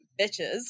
bitches